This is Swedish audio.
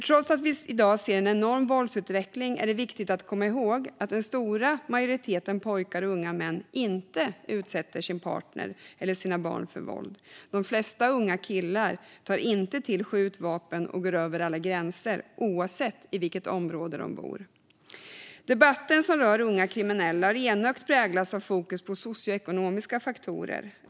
Trots att vi i dag ser en enorm våldsutveckling är det viktigt att komma ihåg att den stora majoriteten pojkar och unga män inte utsätter sin partner eller sina barn för våld. De flesta unga killar tar inte till skjutvapen och går över alla gränser, oavsett vilket område de bor i. Debatten som rör unga kriminella har enögt präglats av fokus på socioekonomiska faktorer.